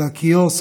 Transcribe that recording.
זה הקיוסק,